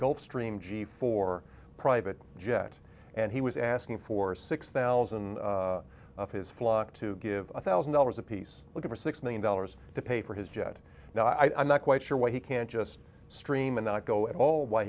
gulfstream g four private jet and he was asking for six thousand of his flock to give one thousand dollars apiece looking for six million dollars to pay for his jet now i'm not quite sure why he can't just stream and not go at all why